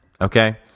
okay